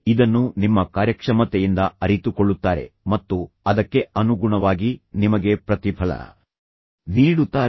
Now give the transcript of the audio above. ಇದನ್ನು ನಿಮ್ಮ ಕಾರ್ಯಕ್ಷಮತೆಯಿಂದ ಅರಿತುಕೊಳ್ಳುತ್ತಾರೆ ಮತ್ತು ಅದಕ್ಕೆ ಅನುಗುಣವಾಗಿ ನಿಮಗೆ ಪ್ರತಿಫಲ ನೀಡುತ್ತಾರೆ